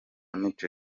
mico